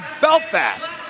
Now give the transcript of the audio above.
Belfast